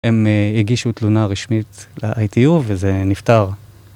הם הגישו תלונה רשמית ל-ITU וזה נפתר